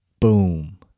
boom